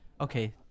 Okay